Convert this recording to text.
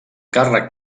càrrec